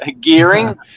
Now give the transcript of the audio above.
gearing